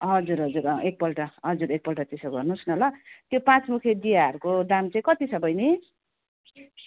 हजुर हजुर अँ एकपल्ट हजुर एकपल्ट त्यसो गर्नोस् न ल त्यो पाँच मुखे दियाहरूको दाम चाहिँ कति छ बहिनी